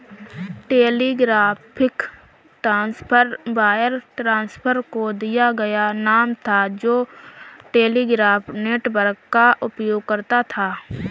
telegraphic transfer wire transfer को दिया गया नाम था जो टेलीग्राफ नेटवर्क का उपयोग करता था